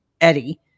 Eddie